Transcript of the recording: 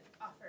offer